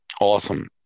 awesome